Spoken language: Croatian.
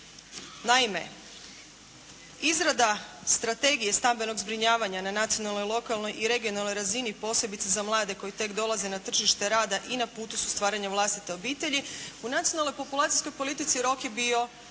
Naime, izrada Strategije stambenog zbrinjavanja na nacionalnoj, lokalnoj i regionalnoj razini posebice za mlade koji tek dolaze na tržište rada i na putu su stvaranja vlastite obitelji, u Nacionalnoj populacijskoj politici rok je bio